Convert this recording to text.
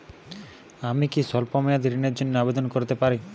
আমি কি স্বল্প মেয়াদি ঋণের জন্যে আবেদন করতে পারি?